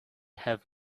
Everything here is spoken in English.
have